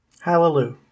Hallelujah